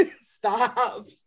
Stop